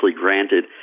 granted